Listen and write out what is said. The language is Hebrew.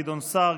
גדעון סער,